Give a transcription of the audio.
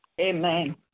Amen